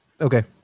Okay